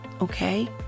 Okay